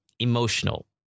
emotional